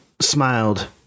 smiled